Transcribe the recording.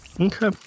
Okay